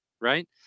right